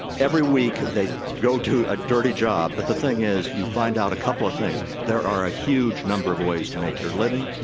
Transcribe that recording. every week they go to a dirty job but the thing is you find out a couple of things, there are a huge number of ways to make your living.